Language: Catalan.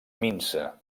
minsa